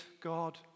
God